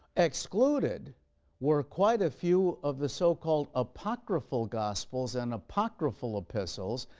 excluded were quite a few of the so-called apocryphal gospels and apocryphal epistles.